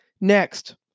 Next